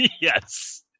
yes